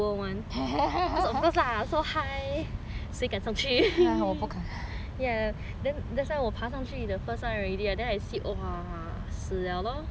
!hais! 谁敢上去 ya then that's why 我爬上去的 first one already ah then I see !wah! 死了 loh so tall